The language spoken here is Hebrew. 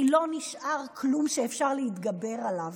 כי לא נשאר כלום שאפשר להתגבר עליו.